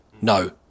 no